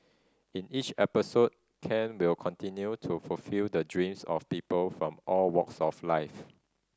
in each episode Ken will continue to fulfil the dreams of people from all walks of life